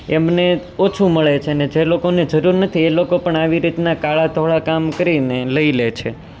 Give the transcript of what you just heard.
એમને ઓછું મળે છે ને જે લોકોને જરૂર નથી એ લોકો પણ આવી રીતના કાળા ધોળા કામ કરીને લઈ લે છે